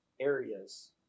areas